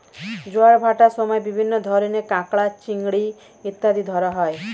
জোয়ার ভাটার সময় বিভিন্ন ধরনের কাঁকড়া, চিংড়ি ইত্যাদি ধরা হয়